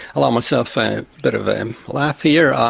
allow myself a bit of a and laugh here, um